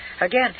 Again